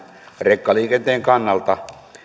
rekkaliikenteen kannalta